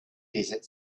desert